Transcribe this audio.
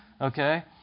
okay